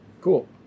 cool